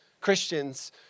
Christians